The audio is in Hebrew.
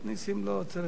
יש לך עשר דקות.